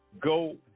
go